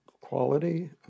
quality